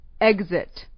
Exit